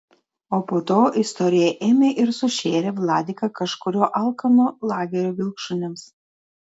o po to istorija ėmė ir sušėrė vladiką kažkurio alkano lagerio vilkšuniams